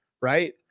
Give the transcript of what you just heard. right